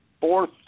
fourth